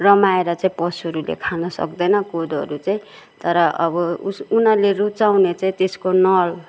रमाएर चाहिँ पशुहरूले खान सक्दैन कोदोहरू चाहिँ तर अब उस उनीहरूले रुचाउने चाहिँ त्यसको नल